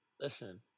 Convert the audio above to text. Listen